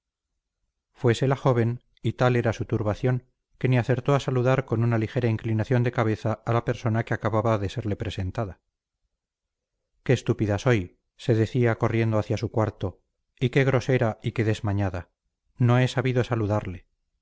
fuese la joven y tal era su turbación que ni acertó a saludar con una ligera inclinación de cabeza a la persona que acababa de serle presentada qué estúpida soy se decía corriendo hacia su cuarto y qué grosera y qué desmañada no he sabido saludarle